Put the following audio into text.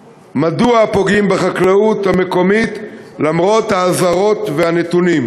3. מדוע פוגעים בחקלאות המקומית למרות האזהרות והנתונים?